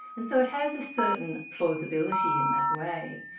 and so it has a certain plausibility in that way.